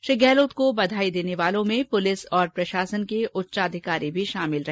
श्री गहलोत को बधाई देने वालों में पुलिस और प्रशासन के उच्च अधिकारी भी शामिल रहे